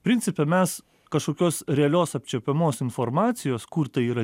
principe mes kažkokios realios apčiuopiamos informacijos kur tai yra